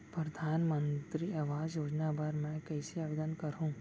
परधानमंतरी आवास योजना बर मैं कइसे आवेदन करहूँ?